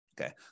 Okay